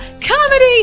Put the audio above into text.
comedy